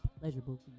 pleasurable